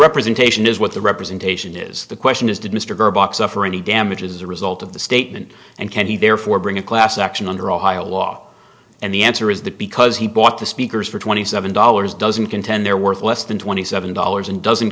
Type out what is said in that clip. representation is what the representation is the question is did mr durbach suffer any damages as a result of the statement and can he therefore bring a class action under ohio law and the answer is that because he bought the speakers for twenty seven dollars doesn't contend they're worth less than twenty seven dollars and doesn't